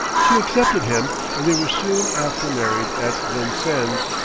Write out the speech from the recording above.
she accepted him, and they were soon after married at vincennes,